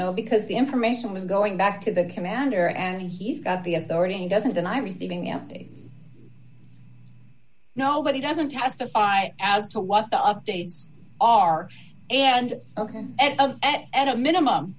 know because the information was going back to the commander and he's got the authority he doesn't deny receiving empty no but he doesn't testify as to what the updates are and ok at a minimum